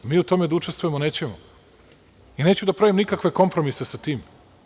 Mi u tome da učestvujemo nećemo i neću da pravim nikakve kompromise sa tim.